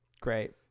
Great